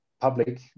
public